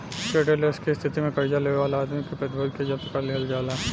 credit less के स्थिति में कर्जा लेवे वाला आदमी के प्रतिभूति के जब्त कर लिहल जाला